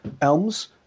Elms